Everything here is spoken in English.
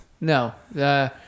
No